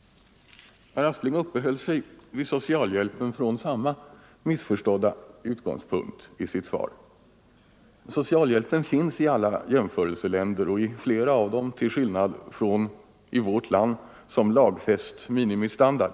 Herr Aspling uppehöll sig i sitt svar vid socialhjälpen från samma missförstådda utgångspunkter. Socialhjälpen finns i alla jämförelseländer och i flera av dem, till skillnad från i vårt land, som lagfäst minimistandard.